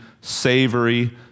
savory